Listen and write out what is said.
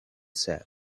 said